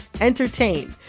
entertain